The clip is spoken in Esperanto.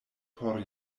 por